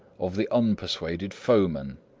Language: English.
of the unpersuaded foeman.